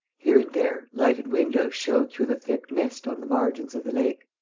here and there lighted windows showed through the thick mist on the margins of the lake.